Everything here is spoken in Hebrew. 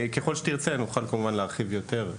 וככל שתרצה נוכל כמובן להרחיב יותר.